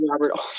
Robert